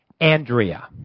Andrea